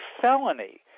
felony